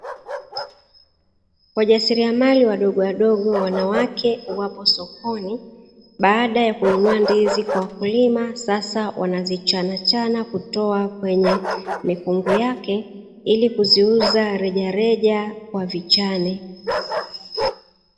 Wajasiriamali wadogowadogo wanawake wapo sokoni, baada ya kununua ndizi kwa wakulima sasa wanazichanachana kutoa kwenye mikungu yake ili kuziuza rejareja kwa vichane.